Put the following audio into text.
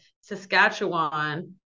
Saskatchewan